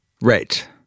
Right